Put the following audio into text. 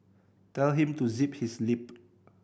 tell him to zip his lip